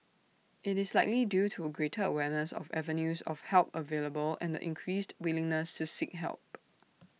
IT is likely due to greater awareness of avenues of help available and the increased willingness to seek help